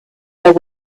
there